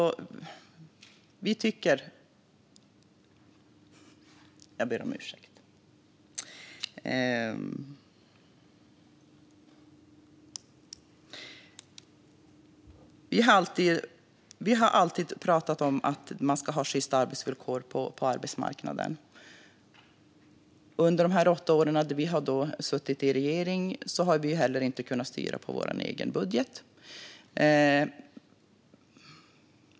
Vi har alltid pratat om att man ska ha sjysta villkor på arbetsmarknaden. Men under de åtta år som vi har suttit i regeringen har vi inte kunnat styra på vår egen budget.